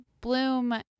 Bloom